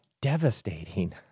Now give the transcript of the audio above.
devastating